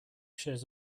shares